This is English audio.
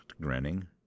grinning